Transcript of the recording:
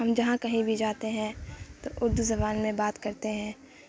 ہم جہاں کہیں بھی جاتے ہیں تو اردو زبان میں بات کرتے ہیں